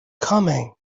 coming